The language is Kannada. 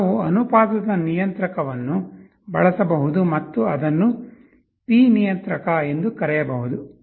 ನಾವು ಅನುಪಾತದ ನಿಯಂತ್ರಕವನ್ನು ಬಳಸಬಹುದು ಮತ್ತು ಅದನ್ನು P ನಿಯಂತ್ರಕ ಎಂದು ಕರೆಯಬಹುದು